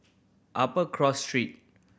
Upper Cross Street